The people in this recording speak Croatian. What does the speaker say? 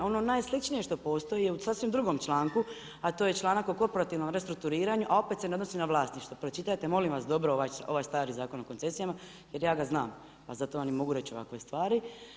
Ono najsličnije što postoji je u sasvim drugom članku, a to je članak o korporativnom restrukturiranju a opet se ne odnosi na vlasništvo, pročitajte molim vas dobro ovaj stari Zakon o koncesijama jer ja ga znam, pa zato vam i mogu reći ovakve stvari.